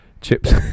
chips